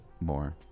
more